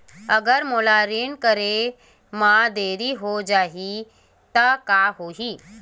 अगर मोला ऋण करे म देरी हो जाहि त का होही?